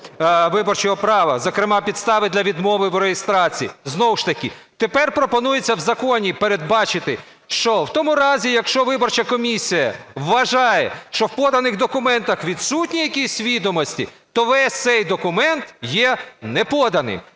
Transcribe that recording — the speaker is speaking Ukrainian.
виборчого права, зокрема підстави для відмови в реєстрації. Знову ж таки тепер пропонується в законі передбачити, що в тому разі, якщо виборча комісія вважає, що в поданих документах відсутні якісь відомості, то весь цей документ є неподаним.